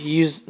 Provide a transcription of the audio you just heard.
use